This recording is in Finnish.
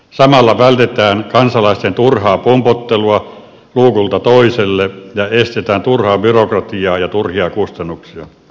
samalla vältetään kansalaisten turhaa pompottelua luukulta toiselle ja estetään turhaa byrokratiaa ja turhia kustannuksia